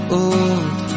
old